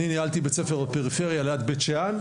אני ניהלתי בית ספר בפריפריה ליד בית שאן,